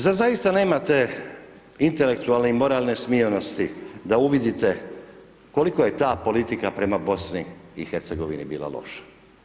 Zar zaista nemate intelektualne i moralne smionosti da uvidite koliko je ta politika prema BiH bila loša?